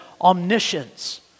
omniscience